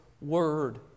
Word